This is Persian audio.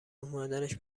اومدنش